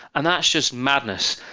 and that's just madness,